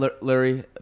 Larry